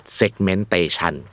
segmentation